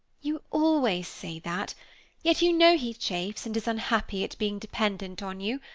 you always say that, yet you know he chafes and is unhappy at being dependent on you.